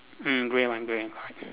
mm grey one grey one